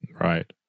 Right